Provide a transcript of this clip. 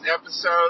episode